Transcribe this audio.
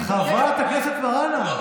חברת הכנסת מראענה,